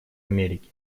америки